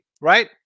right